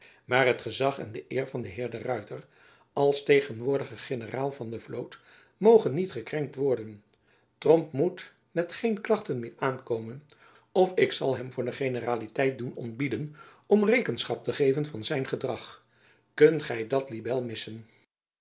maar het gezach en de eer van den heer de ruyter als tegenwoordigen generaal van de vloot mogen niet gekrenkt worden tromp moet met geen klachten meer aankomen of ik zal hem voor de generaliteit doen ontbieden om rekenschap te geven van zijn gedrag kunt gy dat libel missen